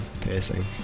piercing